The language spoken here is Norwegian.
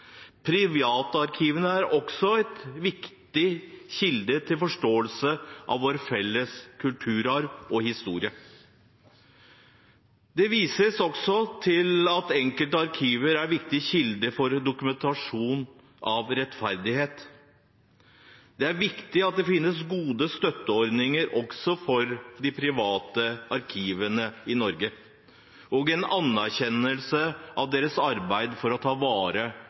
er også viktige kilder til forståelsen av vår felles kulturarv og historie. Det vises også til at enkelte arkiver er viktige kilder for dokumentasjon av rettigheter. Det er viktig at det finnes gode støtteordninger, også for de private arkivene i Norge, og en anerkjennelse av deres arbeid for å ta vare